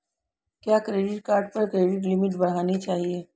क्या credit card पर credit limit बढ़ानी चाहिए?